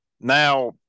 now